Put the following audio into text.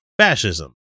fascism